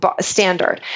standard